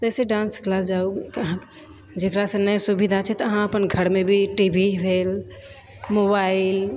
जैसे dance class जाउ अहाँ जेकरासे नहि सुविधा छै तऽ अहाँ अपन घरमे भी टी वी भेल मोबाइल